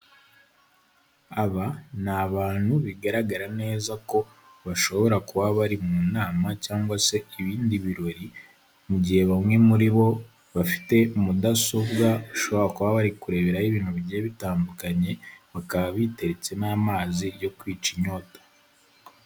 Aba ni abantu bigaragara neza ko bashobora kuba bari mu nama cyangwa se ibindi birori, mu gihe bamwe muri bo bafite mudasobwa bashobora kuba bari kureberaho ibintu bigiye bitandukanye, bakaba biteretse n'amazi yo kwica inyota.